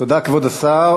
תודה, כבוד השר.